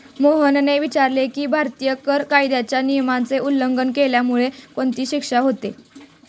मोहनने विचारले की, भारतीय कर कायद्याच्या नियमाचे उल्लंघन केल्यामुळे कोणती शिक्षा होते?